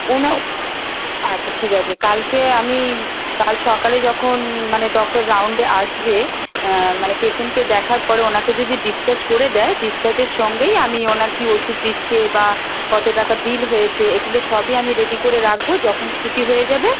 ওনার আচ্ছা ঠিক আছে কালকে আমি কাল সকালে যখন মানে ডক্টর রাউন্ডে আসবে মানে পেশেন্টকে দেখার পরে ওনাকে যদি ডিসচার্জ করে দেয় ডিসচার্জের সঙ্গেই আমি ওনার কী ওষুধ দিচ্ছে বা কত টাকা বিল হয়েছে এগুলো সবই আমি রেডি করে রাখব যখন ছুটি হয়ে যাবে